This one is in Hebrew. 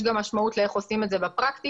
יש גם משמעות לאיך עושים את זה בפרקטיקה.